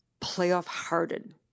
playoff-hardened